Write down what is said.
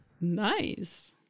nice